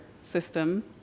system